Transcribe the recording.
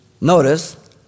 notice